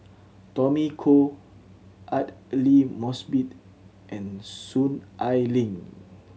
Tommy Koh Aidli Mosbit and Soon Ai Ling